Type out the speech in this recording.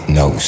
no